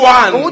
one